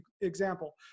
example